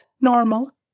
normal